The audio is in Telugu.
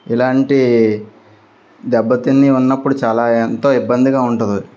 ఇలాంటి దెబ్బతిని ఉన్నప్పుడు చాలా ఎంతో ఇబ్బందిగా ఉంటుంది